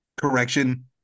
correction